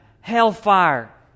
hellfire